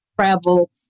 travel